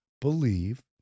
believe